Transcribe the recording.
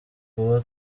kuba